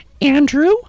Andrew